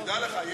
תדע לך,